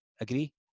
agree